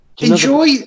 Enjoy